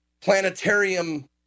planetarium